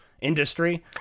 industry